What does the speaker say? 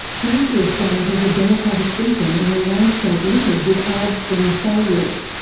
tunisia stands as a democratic beacon in a landscape littered with arab spring failures.